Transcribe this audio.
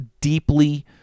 deeply